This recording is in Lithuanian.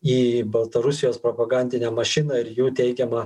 į baltarusijos propagandinę mašiną ir jų teikiamą